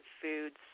foods